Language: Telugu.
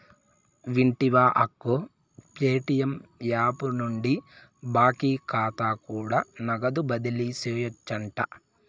వింటివా అక్కో, ప్యేటియం యాపు నుండి బాకీ కాతా కూడా నగదు బదిలీ సేయొచ్చంట